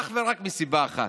אך ורק מסיבה אחת.